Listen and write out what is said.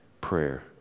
prayer